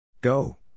Go